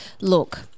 look